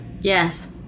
Yes